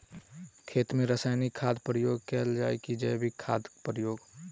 खेत मे रासायनिक खादक प्रयोग कैल जाय की जैविक खादक प्रयोग?